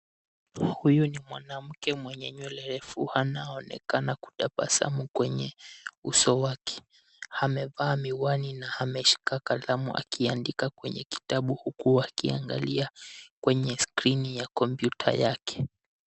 Huyu ni mwanamke mwenye nywele refu anonekana kutabasamu kwenye uso wake. Amevaa miwani na ameshika kalamu akiandika kwenye kitabu huku akiangalia kwenye skrini ya kompyuta yake.